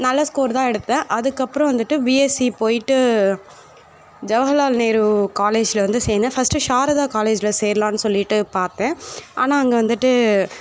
நல்ல ஸ்கோர் தான் எடுத்தேன் அதுக்கப்புறம் வந்துட்டு பிஎஸ்சி போய்ட்டு ஜவஹல்லால் நேரு காலேஜ்ல வந்து சேர்ந்தேன் ஃபஸ்ட் சாரதா காலேஜ்ல சேர்லாம்னு சொல்லிட்டு பார்த்தேன் ஆனால் அங்கே வந்துட்டு